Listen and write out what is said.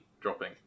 dropping